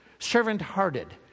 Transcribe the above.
Servant-hearted